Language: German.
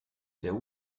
der